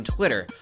Twitter